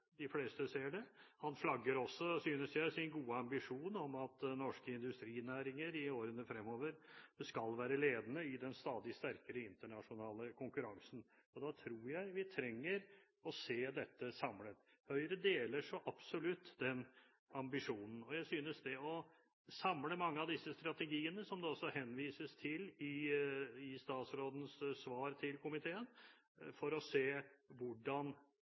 de fleste ser det. Hun flagger også, synes jeg, sin gode ambisjon om at norske industrinæringer i årene fremover skal være ledende i den stadig sterkere internasjonale konkurransen. Da tror jeg vi trenger å se dette samlet. Høyre deler så absolutt den ambisjonen. Jeg synes vi bør samle mange av disse strategiene, som det også henvises til i statsrådens svar til komiteen, for å se hvordan